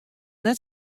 net